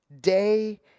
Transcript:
Day